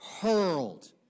hurled